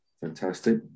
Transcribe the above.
fantastic